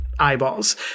eyeballs